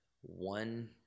one